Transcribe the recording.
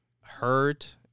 hurt